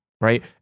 right